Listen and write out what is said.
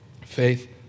Faith